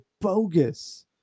bogus